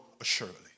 assuredly